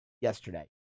yesterday